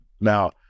Now